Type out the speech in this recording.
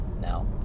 Now